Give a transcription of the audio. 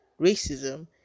racism